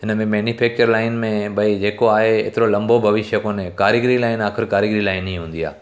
हिनमें manufacture line में भई जेको आहे हेतिरो लंबो भविष्य कोने कारीगरी लाइन आख़िर कारीगरी लाइन ई हूंदी आहे